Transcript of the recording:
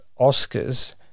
Oscars